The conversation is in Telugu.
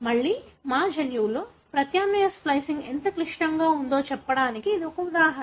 మళ్ళీ మా జన్యువులో ప్రత్యామ్నాయ స్ప్లికింగ్ ఎంత క్లిష్టంగా ఉందో చెప్పడానికి ఇది ఒక ఉదాహరణ